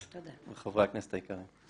וחברי הכנסת היקרים.